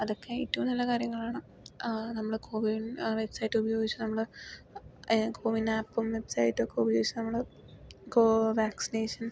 അതൊക്കെ ഏറ്റവും നല്ല കാര്യങ്ങളാണ് നമ്മള് കോവിൻ വെബ്സൈറ്റ് ഉപയോഗിച്ച് നമ്മള് കോവിൻ ആപ്പും വെബ്സൈറ്റും ഒക്കെ ഉപയോഗിച്ച് നമ്മള് കോ വാക്സിനേഷൻ